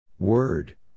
word